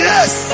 Yes